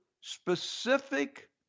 specific